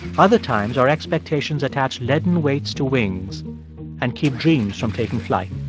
other times, our expectations attach leaden weights to wings and keep dreams from taking flight.